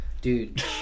Dude